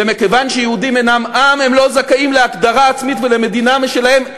ומכיוון שיהודים אינם עם הם לא זכאים להגדרה עצמית ולמדינה משלהם,